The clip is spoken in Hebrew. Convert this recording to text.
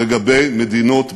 לגבי מדינות באזור,